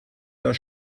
das